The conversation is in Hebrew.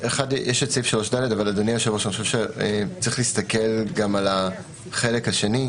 יש סעיף 3ד, אבל יש להסתכל גם על החלק השני.